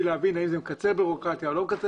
להבין האם זה מקצר בירוקרטיה או לא,